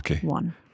one